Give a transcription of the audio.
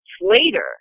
later